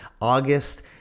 August